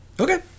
Okay